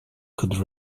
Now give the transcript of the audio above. could